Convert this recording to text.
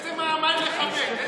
איזה מעמד לכבד?